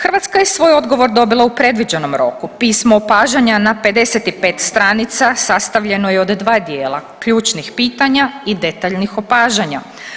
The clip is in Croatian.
Hrvatska je svoj odgovor dobila u predviđenom roku, pismo opažanja na 55 stranica sastavljeno je od 2 dijela, ključnih pitanja i detaljnih opažanja.